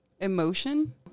emotion